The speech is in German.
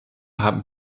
haben